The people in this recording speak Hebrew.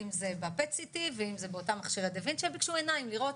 אם זה ב-pet C.T. ואם זה באותם מכשירי דה וינצ'י ביקשו עיניים לראות